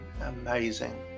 amazing